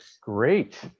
Great